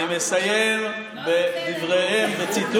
ואני מסיים בציטוט